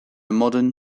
modern